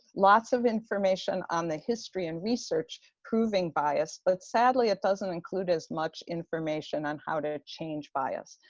lots of information on the history and research proving bias, but sadly it doesn't include as much information on how to change bias.